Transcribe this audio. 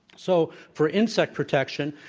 so, for insect protection,